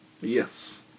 Yes